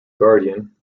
guardian